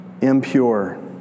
impure